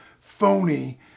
phony